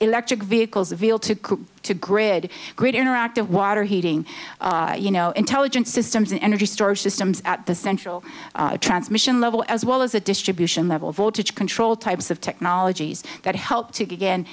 electric vehicles avail to to grid great interactive water heating you know intelligent systems and energy storage systems at the central transmission level as well as a distribution level voltage control types of technologies that help to again